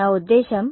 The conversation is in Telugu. నా ఉద్దేశ్యం